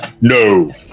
No